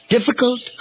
Difficult